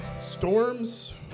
storms